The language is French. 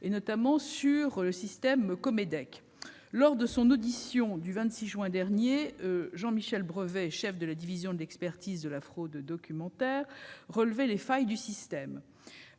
de l'état civil (Comedec). Lors de son audition, le 26 juin dernier, Jean Michel Brevet, chef de la division de l'expertise en fraude documentaire, relevait les failles de ce système